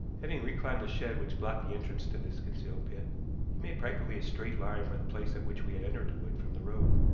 having reclimbed the shed which blocked the entrance to this concealed pit, he made practically a straight line for the place at which we had entered the wood from the road.